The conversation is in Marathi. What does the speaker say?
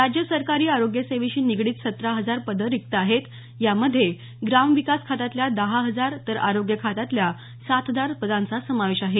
राज्य सरकारी आरोग्य सेवेशी निगडित सतरा हजार पदं रिक्त आहेत यामध्ये ग्रामविकास खात्यातल्या दहा हजार तर आरोग्य खात्यातल्या सात हजार पदांचा समावेश आहे